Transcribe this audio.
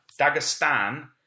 Dagestan